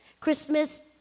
Christmas